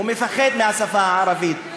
הוא מפחד מהשפה הערבית,